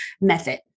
method